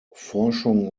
forschung